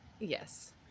yes